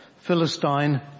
Philistine